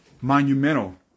monumental